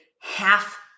half